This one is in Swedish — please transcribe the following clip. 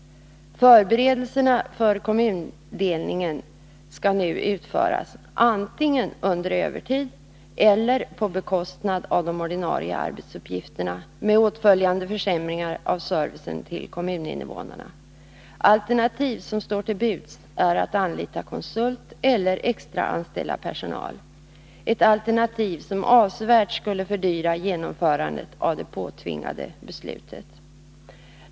Förberedelserna för kommundelningen skall nu utföras antingen under övertid eller på bekostnad av de ordinarie arbetsuppgifterna, med åtföljande försämringar av servicen till kommuninnevånarna. Alternativ som står till buds är att anlita konsult eller att extraanställa personal — ett alternativ som avsevärt skulle fördyra genomförandet av det påtvingade beslutet.